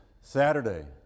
Saturday